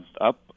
up